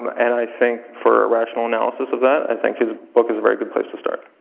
um and i think for rational analysis of that, i think his book is a very good place to start.